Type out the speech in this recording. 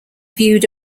viewed